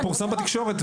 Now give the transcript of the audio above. זה פורסם בתקשורת,